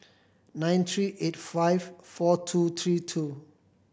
nine three eight five four two two two